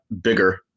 bigger